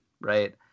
Right